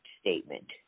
statement